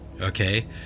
okay